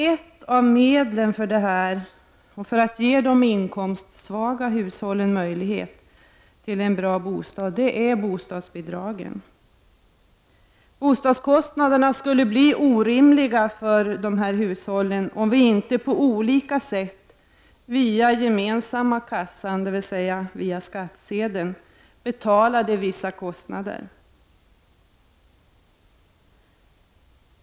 Ett av medlen för att ge även de inkomstsvaga hushållen möjlighet att efterfråga en bra bostad är bostadsbidragen. Bostadskostnaderna skulle bli orimligt höga för de inkomstsvaga hushållen om vi inte på olika sätt via den gemensamma kassan, dvs. via skattsedeln, betalade vissa kostnader.